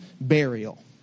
burial